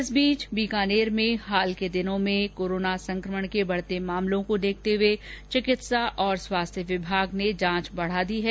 इस बीच बीकानेर में हाल के दिनों में कोरोना संकमण के बढते मामलों को देखते हुए चिकित्सा और स्वास्थ्य विभाग ने जांच बढा दी है